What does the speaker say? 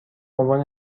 عنوان